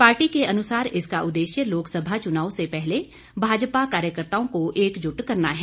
party के अनुसार इसका उद्देश्य लोकसभा चुनाव से पहले भाजपा कार्यकर्ताओं को एकजुट करना है